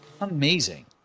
Amazing